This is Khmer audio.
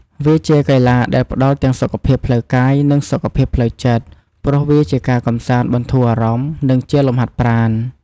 វាជាកីឡាដែលផ្ដល់ទាំងសុខភាពផ្លូវកាយ និងសុខភាពផ្លូវចិត្ត ព្រោះវាជាការកម្សាន្តបន្ធូរអារម្មណ៍ និងជាលំហាត់ប្រាណ។